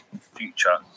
future